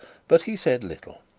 but he said little.